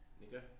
Nico